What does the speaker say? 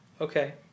Okay